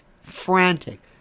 frantic